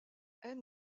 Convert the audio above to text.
haine